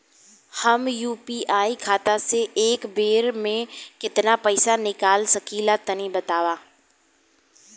हम यू.पी.आई खाता से एक बेर म केतना पइसा निकाल सकिला तनि बतावा?